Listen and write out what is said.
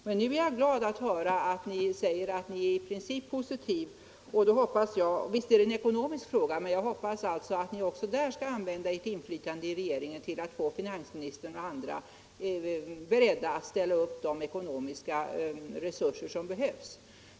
Men nu är jag glad att höra att ni i princip är positiv till en senare inlåsning. Visst är det en ekonomisk fråga, men jag hoppas att ni också där skall använda ert inflytande i regeringen till att få finansministern och andra beredda att ställa upp de ekonomiska resurser som behövs.